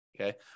Okay